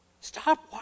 Stop